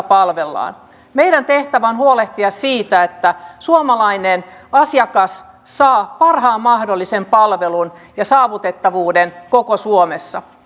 palvellaan meidän tehtävämme on huolehtia siitä että suomalainen asiakas saa parhaan mahdollisen palvelun ja saavutettavuuden koko suomessa